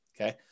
okay